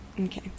Okay